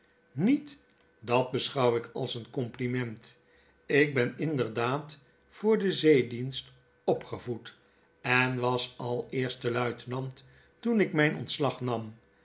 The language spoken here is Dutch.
met dat beschouw ik als een compliment ik ben inderdaad voor den zeedienst opgevoed en was al eerste luitenant toen ik mijn ontslag nam